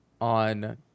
on